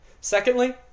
Secondly